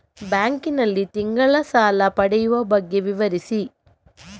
Bank ನಲ್ಲಿ ತಿಂಗಳ ಸಾಲ ಪಡೆಯುವ ಬಗ್ಗೆ ವಿವರಿಸಿ?